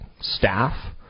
staff